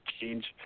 change